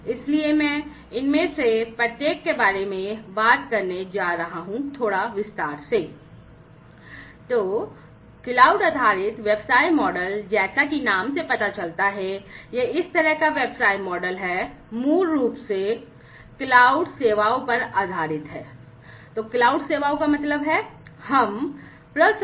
इसलिए मैं इनमें से प्रत्येक के बारे में थोड़ा विस्तार से बात करने जा रहा हूं